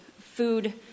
food